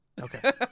Okay